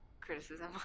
criticism